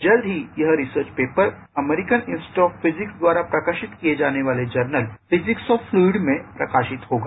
जल्द ही यह research paper American institute of physics द्वारा प्रकाशित किए जाने वाले जर्नल फिजिक्स ऑफ फ्लुइड में प्रकाशित होगा